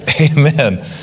Amen